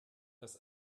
dass